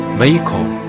vehicle